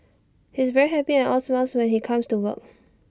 he's very happy and all smiles when he comes to work